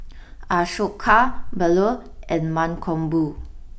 Ashoka Bellur and Mankombu